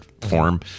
form